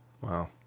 Wow